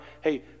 Hey